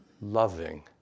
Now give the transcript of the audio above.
loving